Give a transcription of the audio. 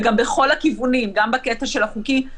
וגם בכל הכיוונים גם בקטע החוקי,